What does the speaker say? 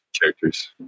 characters